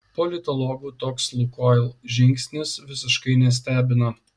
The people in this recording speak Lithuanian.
politologų toks lukoil žingsnis visiškai nestebina